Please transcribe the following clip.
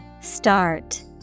Start